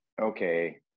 okay